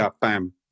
bam